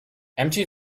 empty